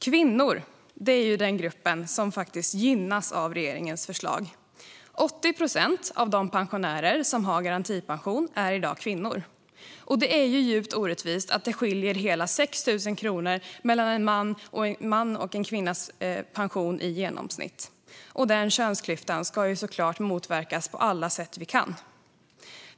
Kvinnor är den grupp som gynnas av regeringens förslag. Av de pensionärer som har garantipension i dag är 80 procent kvinnor. Det är djupt orättvist att det i genomsnitt skiljer hela 6 000 kronor mellan en mans och en kvinnas pension. Den könsklyftan ska vi såklart motverka på alla sätt vi kan.